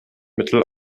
mittel